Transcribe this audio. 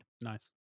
Nice